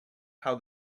how